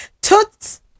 Toots